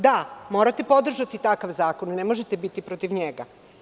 Da, morate podržati takav zakon, ne možete biti protiv njega.